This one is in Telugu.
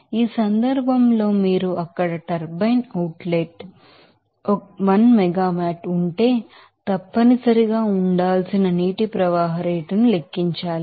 ఈ సందర్భంలో మీరు అక్కడ టర్బైన్ అవుట్ పుట్ 1 మెగావాట్ ఉంటే తప్పనిసరిగా ఉండాల్సిన వాటర్ ఫ్లో రేట్ లెక్కించాలి